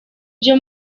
vyo